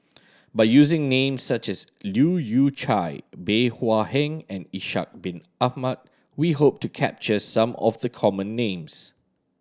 by using names such as Leu Yew Chye Bey Hua Heng and Ishak Bin Ahmad we hope to capture some of the common names